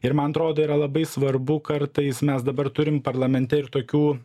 ir man atrodo yra labai svarbu kartais mes dabar turim parlamente ir tokių